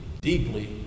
deeply